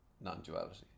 non-duality